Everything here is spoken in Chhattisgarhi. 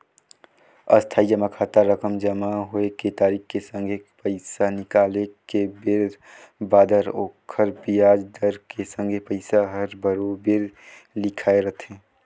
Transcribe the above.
इस्थाई जमा खाता रकम जमा होए के तारिख के संघे पैसा निकाले के बेर बादर ओखर बियाज दर के संघे पइसा हर बराबेर लिखाए रथें